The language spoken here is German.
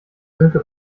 sönke